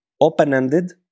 open-ended